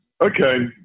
Okay